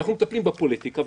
אנחנו מטפלים בפוליטיקה,